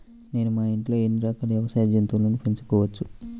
నేను మా ఇంట్లో ఎన్ని రకాల వ్యవసాయ జంతువులను పెంచుకోవచ్చు?